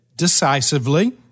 decisively